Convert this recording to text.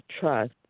trust